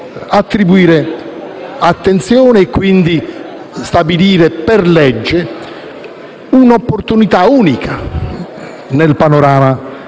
attribuire attenzione e, quindi, stabilire per legge un'opportunità unica nel panorama delle